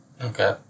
Okay